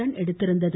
run எடுத்திருந்தது